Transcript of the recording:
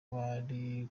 bari